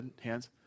hands